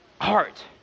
heart